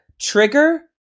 Trigger